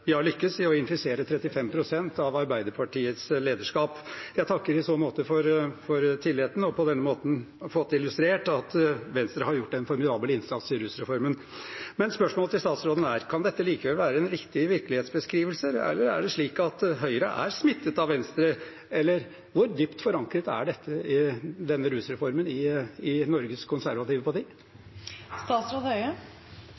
vi har lykkes i å infisere 35 pst. av Høyres lederskap. Jeg takker i så måte for tilliten og har på denne måten fått illustrert at Venstre har gjort en formidabel innsats med tanke på rusreformen. Spørsmålet til statsråden er: Kan dette likevel være en riktig virkelighetsbeskrivelse? Er det slik at Høyre er smittet av Venstre, eller hvor dypt forankret er denne rusreformen i Norges konservative